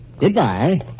Goodbye